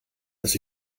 dass